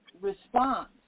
response